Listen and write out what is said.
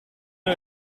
van